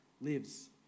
lives